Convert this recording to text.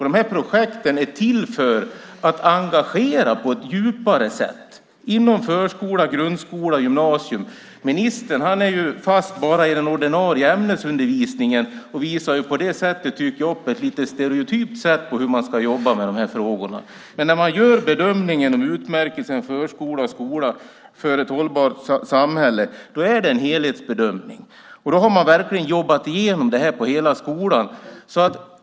De här projekten är till för att engagera på ett djupare sätt, inom förskola, grundskola och gymnasium. Ministern är fast bara i den ordinarie ämnesundervisningen och visar därmed hur man på ett lite stereotypt jobbar med de här frågorna. När man gör bedömningen om utmärkelsen Förskola och Skola för hållbar utveckling är det en helhetsbedömning, och då har man verkligen jobbat igenom det på hela skolan.